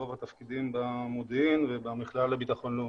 רוב התפקידים היו במודיעין ובמכללה לביטחון לאומי.